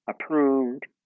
approved